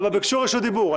אבל ביקשו רשות דיבור.